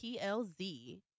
PLZ